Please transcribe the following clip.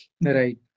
right